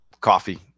coffee